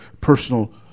personal